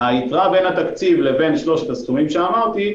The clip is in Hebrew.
היתרה בין התקציב לבין שלושת הסכומים שאמרתי,